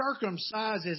circumcises